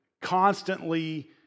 constantly